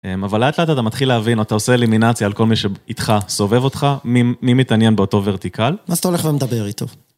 אבל לאט לאט אתה מתחיל להבין, אתה עושה אלימנציה על כל מי שאיתך סובב אותך, מי מי מתעניין באותו ורטיקל. ואז אתה הולך ומדבר איתו.